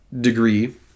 degree